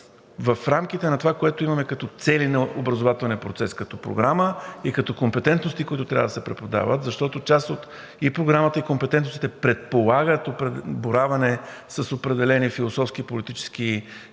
в рамките на онова, което имаме като цели на образователния процес, като програма и като компетентности, които трябва да се преподават, защото част и от програмата, и от компетентностите предполагат боравене с определени философски, политически доктрини,